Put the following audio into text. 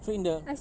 so in the